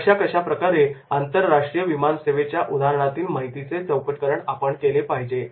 कशा कशा प्रकारे आंतरराष्ट्रीय विमान सेवेच्या उदाहरणातील माहितीचे चौकटीकरण आपण केले पाहिजे